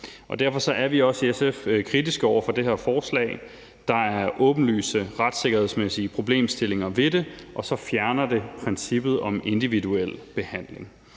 Derfor er vi også i SF kritiske over for det her forslag. Der er åbenlyse retssikkerhedsmæssige problemstillinger ved det, og så fjerner det princippet om individuel behandling.